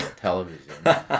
television